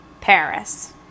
Paris